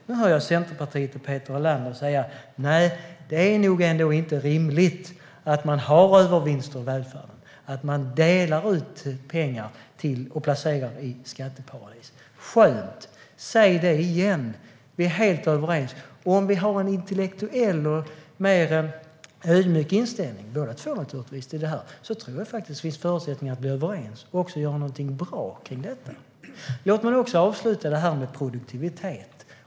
Nu hör jag Centerpartiet och Peter Helander säga att det nog ändå inte är rimligt att man har övervinster i välfärden och delar ut pengar som placeras i skatteparadis. Skönt! Säg det igen! Vi är helt överens. Och om vi har en intellektuell och ödmjuk inställning - båda två naturligtvis - tror jag faktiskt att vi har förutsättningar att bli överens och också göra någonting bra av detta. Låt mig avsluta med att säga något om produktivitet.